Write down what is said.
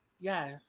yes